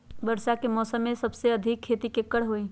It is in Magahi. वर्षा के मौसम में सबसे अधिक खेती केकर होई?